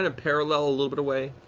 ah parallel, a little but away.